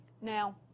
Now